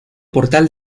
portal